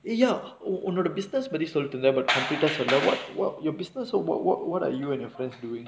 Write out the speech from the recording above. ya ஒன்னோட:onnoda business பத்தி சொல்ட்டு இருந்த:paththi solttu iruntha but complete ah சொல்லல:sollala what what you are business oh what what what you and your friends doing